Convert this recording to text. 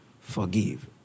Forgive